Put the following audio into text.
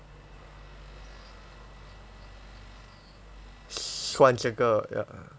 算这个 ya